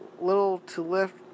little-to-lift